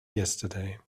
yesterday